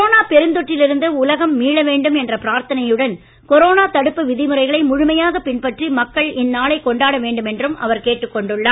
corona பெருந்தொற்றில் இருந்து உலகம் மீள வேண்டும் என்ற பிராத்தனையுடன் கொரோனா தடுப்பு விதிமுறைகளை முழுமையாக பின்பற்றி மக்கள் இந்நாளை கொண்டாட வேண்டும் என்றும் அவர் கேட்டுக்கொண்டுள்ளார்